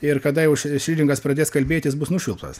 ir kada jau ši širingas pradės kalbėt jis bus nušvilptas